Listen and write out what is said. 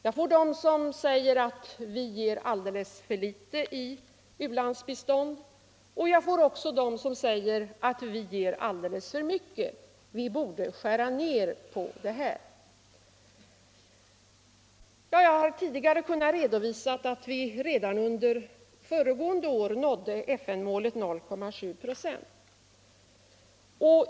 En del säger att vi ger alldeles för litet i u-landsbistånd medan andra menar att vi ger alldeles för mycket, att vi borde skära ner på biståndsanslagen. Jag har tidigare kunnat redovisa att vi redan under föregående år nådde FN-målet 0,7 96.